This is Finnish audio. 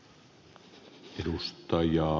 arvoisa puhemies